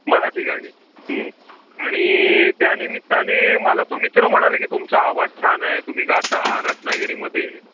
मराठी गाणी आणि त्यानिमित्ताने मला तो मित्र म्हणाला की तुमचा आवाज छान आहे तुम्ही गाता रत्नागिरीमध्ये